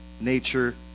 nature